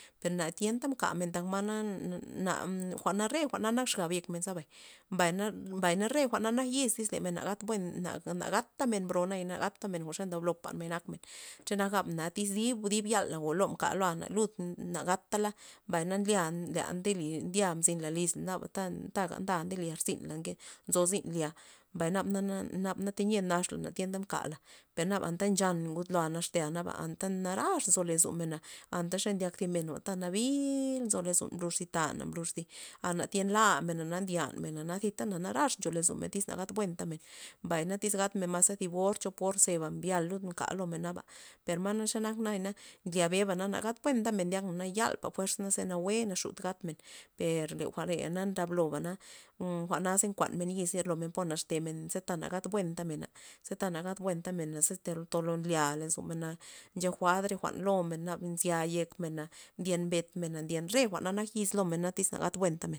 Per na tyenata mkamen tak mana mna jwa'na re jwa'na nak xabyek men zabay, mbayna- mbay re jwa'na nak yiz liz nak ak buenta na gatamen bro nayana na gatamen za nda bloamen gatmen xenak gabna tyz dib yala mblo mka loa na lud na gatala mbay na nya ndelya mzin lizla iz taba nda deli irzynn- la nzo zyn lya mbay na nabana teya naxla na tienta mkala per naba anta nxan ngud loa naxtea naba anta narax nzo lozomen anta xe ndyak thi men ta nabil nzo lozon ta mblux tana mblux ana tien lamen ana ndyanmen tyta narax ncho lozomen tyz nagat buentana mbay tyz gatmen thib or chop or zeba mbyal lud mkal loba per xenak yana nlya be nagatana beun ndyakna yalpa fuerzapa nawue naxud gadtem per jwa'reya lo bana jwa'naze nkuan men yiz por lo naxtemen za ta nagat buenaba re mena ze ta nagat buenpamen tolo nxa lozomen nxeguad re jwa'n lomen naze mzyana yekmen ndyen betmen re jwa'na nak yiz lomen na tyz nagat buen pamen.